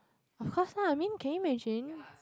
of course lah I mean can you imagine